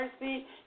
mercy